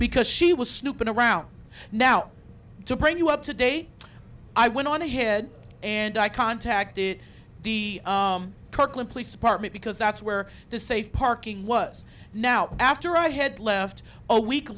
because she was snooping around now to bring you up to date i went on ahead and i contacted the kirkland police department because that's where the safe parking was now after i had left a week